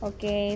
Okay